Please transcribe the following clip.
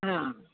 हा